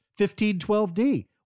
1512D